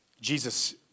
Jesus